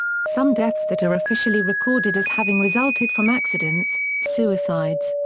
some deaths that are officially recorded as having resulted from accidents, suicides,